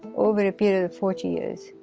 over a period of forty years,